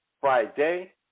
Friday